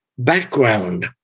Background